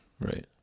Right